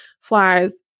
flies